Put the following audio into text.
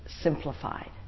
simplified